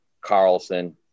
Carlson